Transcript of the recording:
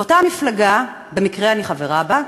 ואותה המפלגה, במקרה אני חברה בה,